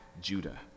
Judah